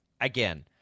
again